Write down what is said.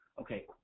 Okay